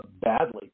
badly